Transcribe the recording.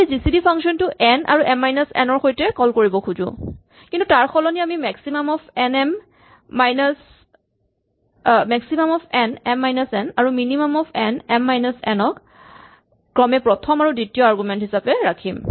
আমি G C D function টো n আৰু এম মাইনাচ এন ৰ সৈতে কল কৰিব খোজো কিন্তু তাৰ সলনি আমি maximum of n m minus n আৰু minimum of n m minus n ক ক্ৰমে প্ৰথম আৰু দ্বিতীয় আৰগুমেন্ট হিচাপে ৰাখিম